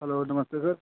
hello namaste sir